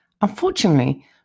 Unfortunately